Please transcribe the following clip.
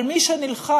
אבל מי שנלחם